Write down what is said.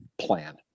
plan